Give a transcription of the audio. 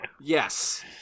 Yes